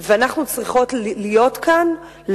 ואנחנו צריכות להיות כאן,